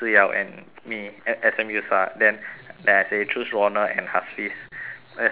me as S_M_U star then then I say choose ronald and hafiz S_I_M star